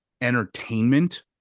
entertainment